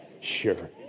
Sure